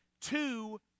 two